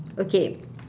okay